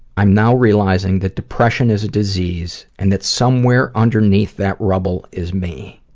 i'm now realizing that depression is a disease and that somewhere underneath that rubble is me.